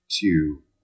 two